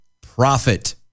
profit